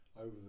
over